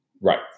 Right